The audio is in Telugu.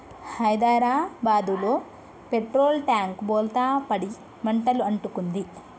హైదరాబాదులో పెట్రోల్ ట్యాంకు బోల్తా పడి మంటలు అంటుకుంది